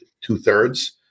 two-thirds